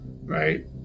right